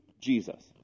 Jesus